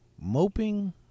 Moping